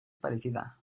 parecida